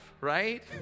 right